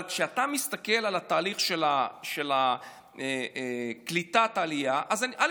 אבל כשאתה מסתכל על התהליך של קליטת העלייה, א.